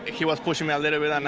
he was pushing me a little bit. um